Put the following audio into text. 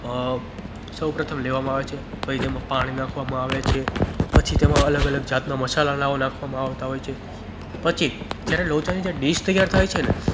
સૌ પ્રથમ લેવામાં આવે પછી તેમાં પાણી નાખવામાં આવે છે પછી તેમાં અલગ અલગ જાતના મસાલાઓ નાખવામાં આવતા હોય છે પછી જયારે લોચાની જયારે ડીશ તૈયાર થાય છે ને